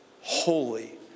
holy